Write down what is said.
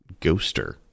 Ghoster